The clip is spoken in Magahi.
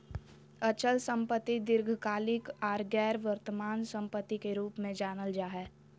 अचल संपत्ति दीर्घकालिक आर गैर वर्तमान सम्पत्ति के रूप मे जानल जा हय